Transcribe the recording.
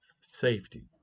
safety